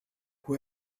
who